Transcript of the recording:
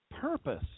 purpose